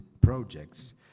projects